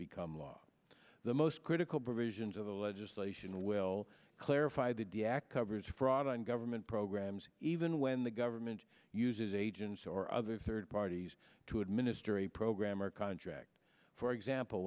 become law the most critical provisions of the legislation will clarify the diac covers fraud on government programs even when the government uses agents or other third parties to administer a program or contract for example